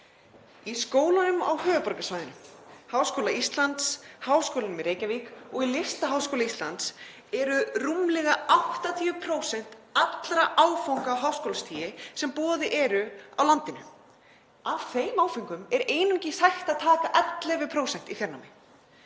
Í skólunum á höfuðborgarsvæðinu, Háskóla Íslands, Háskólanum í Reykjavík og Listaháskóla Íslands, eru rúmlega 80% allra áfanga á háskólastigi sem í boði eru á landinu. Af þeim áföngum er einungis hægt að taka 11% í fjarnámi.